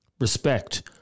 respect